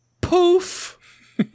poof